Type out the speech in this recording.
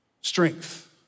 strength